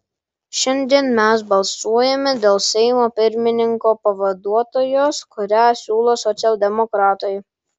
šiandien mes balsuojame dėl seimo pirmininko pavaduotojos kurią siūlo socialdemokratai